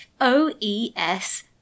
O-E-S